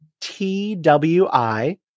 t-w-i